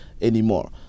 anymore